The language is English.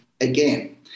again